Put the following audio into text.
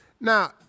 Now